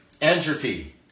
entropy